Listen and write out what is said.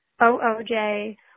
OOJ